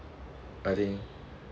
I think